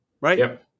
right